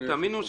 תאמינו לי,